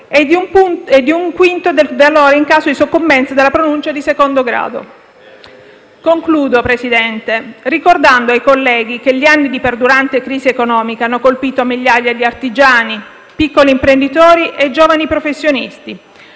e di un quinto del valore in caso di soccombenza nella pronuncia di secondo grado. Concludo, signor Presidente, ricordando ai colleghi che gli anni di perdurante crisi economica hanno colpito a migliaia gli artigiani, i piccoli imprenditori e i giovani professionisti.